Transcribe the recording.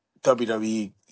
WWE